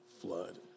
flood